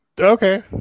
Okay